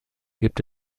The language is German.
gibt